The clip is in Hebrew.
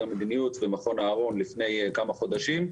למדיניות ומכון אהרון לפני כמה חודשים,